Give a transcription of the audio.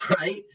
right